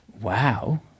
wow